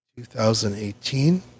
2018